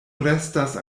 restas